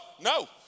No